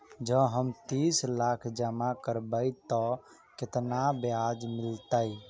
जँ हम तीस लाख जमा करबै तऽ केतना ब्याज मिलतै?